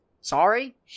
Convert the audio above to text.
sorry